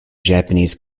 japanese